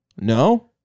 No